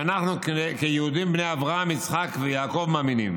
שאנחנו, כיהודים בני אברהם, יצחק ויעקב, מאמינים